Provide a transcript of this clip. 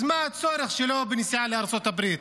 מה הצורך שלו בנסיעה לארצות הברית?